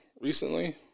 recently